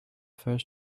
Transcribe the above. first